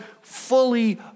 fully